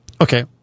Okay